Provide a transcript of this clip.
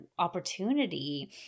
opportunity